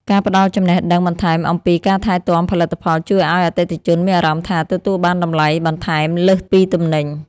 ការផ្តល់ចំណេះដឹងបន្ថែមអំពីការថែទាំផលិតផលជួយឱ្យអតិថិជនមានអារម្មណ៍ថា ទទួលបានតម្លៃបន្ថែមលើសពីទំនិញ។